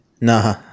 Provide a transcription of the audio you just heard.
Nah